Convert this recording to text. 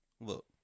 Look